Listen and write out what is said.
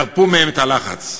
ירפו מהם את הלחץ,